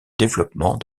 développement